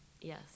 Yes